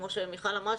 כמו שמיכל אמרה,